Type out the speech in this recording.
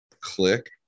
click